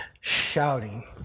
shouting